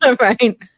right